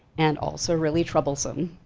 and also really troublesome.